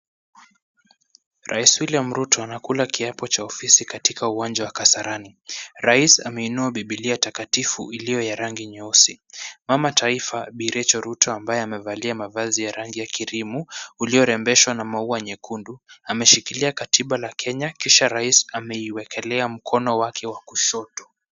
Rais William Ruto anakula kiapo cha ofisi katika uwanja wa Kasarani. Rais ameinua Biblia takatifu iliyo ya rangi nyeusi. Mama taifa bi Rachel Ruto ambaye amevalia mavazi ya rangi ya kirimu uliorembeshwa na maua nyekundu ameshikilia katiba ya Kenya kisha rais ameiwekelea mkono wake wa kushoto.